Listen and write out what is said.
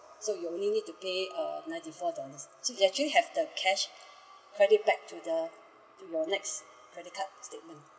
so you'll only need to pay uh ninety four dollars so there's actually have the cash credit back to the to your next credit card statement